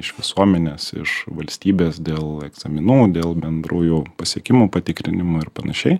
iš visuomenės iš valstybės dėl egzaminų dėl bendrųjų pasiekimų patikrinimų ir panašiai